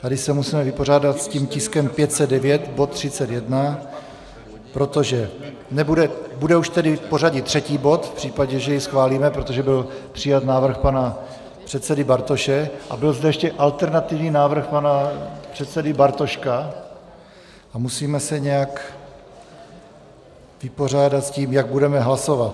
Tady se musíme vypořádat s tiskem 509, bod 31, protože bude už tedy v pořadí třetí bod v případě, že jej schválíme, protože byl přijat návrh pana předsedy Bartoše a byl zde ještě alternativní návrh pana předsedy Bartoška a musíme se nějak vypořádat s tím, jak budeme hlasovat.